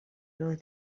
veus